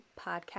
podcast